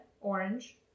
orange